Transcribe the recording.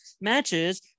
matches